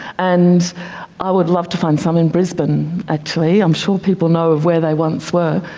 and i would love to find some in brisbane actually, i'm sure people know of where they once were.